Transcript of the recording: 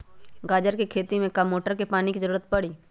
गाजर के खेती में का मोटर के पानी के ज़रूरत परी?